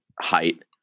height